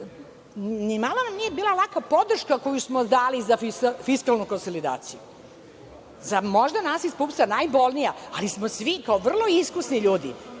ni malo nije bila laka podrška koju smo dali za fiskalnu konsolidaciju. Možda je to za nas iz PUPS-a bilo najbolnije, ali smo svi, kao vrlo iskusni ljudi,